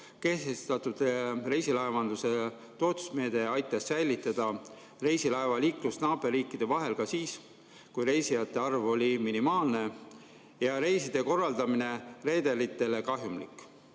kehtestatud reisilaevanduse toetusmeede aitas säilitada reisilaevaliiklust naaberriikide vahel ka siis, kui reisijate arv oli minimaalne ja reiside korraldamine reederitele kahjumlik.